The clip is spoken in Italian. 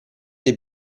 dei